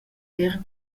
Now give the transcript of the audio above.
era